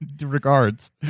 regards